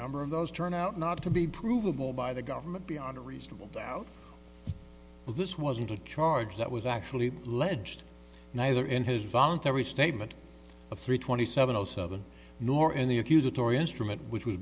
number of those turned out not to be provable by the government beyond a reasonable doubt but this wasn't a charge that was actually ledged neither in his voluntary statement of three twenty seven zero seven nor in the accusatory instrument which w